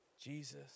Jesus